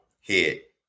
hit